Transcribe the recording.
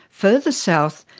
further south,